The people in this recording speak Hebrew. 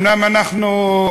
אנחנו